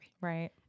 Right